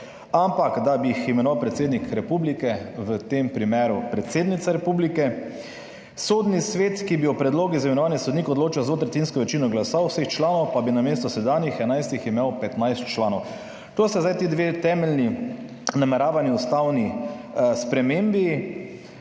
ampak bi jih imenoval predsednik republike, v tem primeru predsednica republike, Sodni svet, ki bi o predlogih za imenovanje sodnikov odločal z dvotretjinsko večino glasov vseh članov, pa bi namesto sedanjih 11 imel 15 članov. To sta zdaj ti dve temeljni nameravani ustavni spremembi.